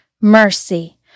Mercy